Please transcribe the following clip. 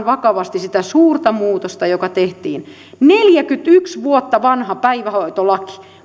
vakavasti sitä suurta muutosta joka tehtiin neljäkymmentäyksi vuotta vanha päivähoitolaki